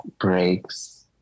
breaks